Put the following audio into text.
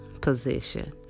position